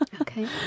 Okay